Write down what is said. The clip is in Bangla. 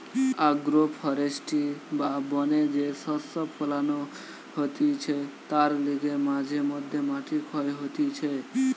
আগ্রো ফরেষ্ট্রী বা বনে যে শস্য ফোলানো হতিছে তার লিগে মাঝে মধ্যে মাটি ক্ষয় হতিছে